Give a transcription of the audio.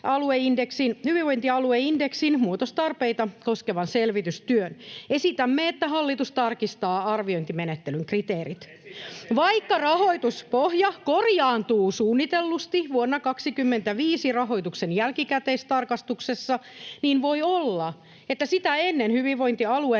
hyvinvointialueindeksin muutostarpeita koskevan selvitystyön. Esitämme, että hallitus tarkistaa arviointimenettelyn kriteerit. [Ben Zyskowicz: Esitätte, että teidän virheet korjataan!] Vaikka rahoituspohja korjaantuu suunnitellusti vuonna 25 rahoituksen jälkikäteistarkastuksessa, voi olla, että sitä ennen hyvinvointialueet